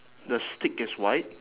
the stick is white